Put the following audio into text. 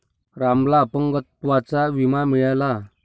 रामला अपंगत्वाचा विमा मिळाला